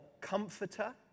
comforter